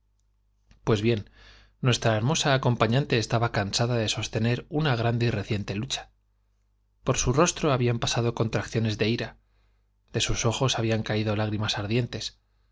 pues bien nuestra hermosa acompañante estaba cansada de sostener una grande y reciente lucha por su rostro habían pasado contracciones de ira de sus ojos habían caído lágrimas ardientes